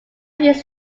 used